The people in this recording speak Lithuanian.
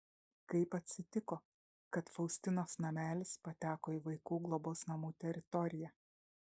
kaip atsitiko kad faustinos namelis pateko į vaikų globos namų teritoriją